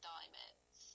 Diamonds